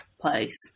place